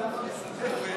עמר, עמר, תשאל למה המשותפת,